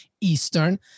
Eastern